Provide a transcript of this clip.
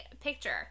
picture